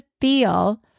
feel